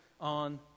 on